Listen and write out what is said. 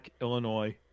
Illinois